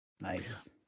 Nice